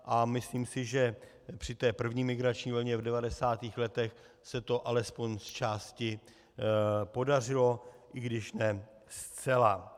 A myslím si, že při první migrační vlně v 90. letech se to alespoň zčásti podařilo, i když ne zcela.